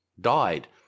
died